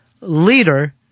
leader